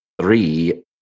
Three